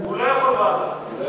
הוא לא יכול להציע ועדה.